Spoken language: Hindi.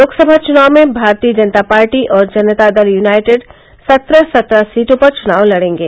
लोकसभा चुनाव में भारतीय जनता पार्टी और जनता दल यूनाइटेड सत्रह सत्रह सीटों पर चुनाव लड़ेंगे